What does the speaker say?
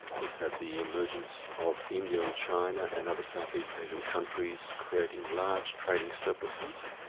we've had the emergence of india and china, and other south east asian countries, creating large trading surpluses,